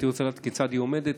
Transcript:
הייתי רוצה לדעת כיצד היא עומדת,